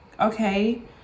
okay